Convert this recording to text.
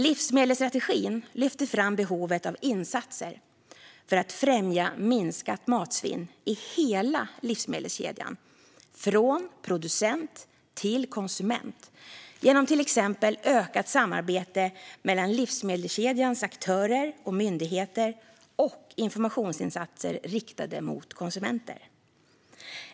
Livsmedelsstrategin lyfter fram behovet av insatser för att främja minskat matsvinn i hela livsmedelskedjan från producent till konsument genom till exempel ökat samarbete mellan livsmedelskedjans aktörer och myndigheter och informationsinsatser riktade mot konsumenter.